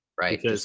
Right